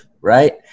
Right